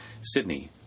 Sydney